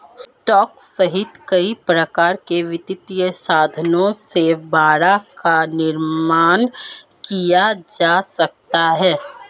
stock सहित कई प्रकार के वित्तीय साधनों से बाड़ा का निर्माण किया जा सकता है